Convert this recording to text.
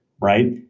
right